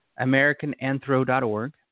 AmericanAnthro.org